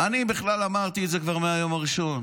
אני בכלל אמרתי את זה כבר מהיום הראשון: